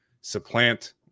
supplant